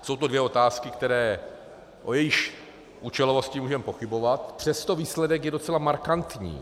Jsou to dvě otázky, o jejichž účelovosti můžeme pochybovat, přesto výsledek je docela markantní.